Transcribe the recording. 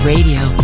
Radio